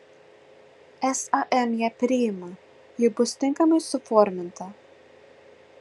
sam ją priima ji bus tinkamai suforminta